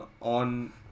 on